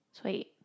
Sweet